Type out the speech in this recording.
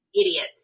idiots